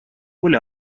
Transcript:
оля